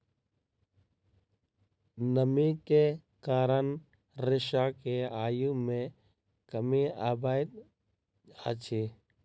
नमी के कारण रेशा के आयु मे कमी अबैत अछि